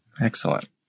Excellent